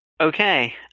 Okay